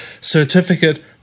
certificate